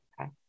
okay